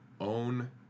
own